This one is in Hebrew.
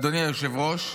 אדוני היושב-ראש,